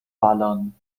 ballern